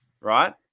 right